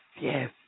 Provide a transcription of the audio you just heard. yes